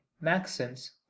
maxims